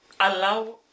allow